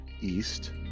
East